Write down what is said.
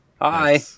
Hi